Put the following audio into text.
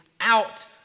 out